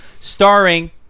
starring